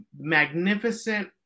magnificent